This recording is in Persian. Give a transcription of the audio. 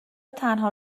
تنها